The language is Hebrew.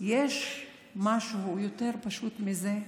יש משהו יותר פשוט מזה?